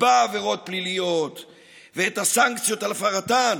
יקבע עבירות פליליות ואת הסנקציות על הפרתן,